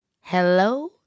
Hello